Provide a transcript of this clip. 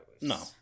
No